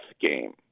game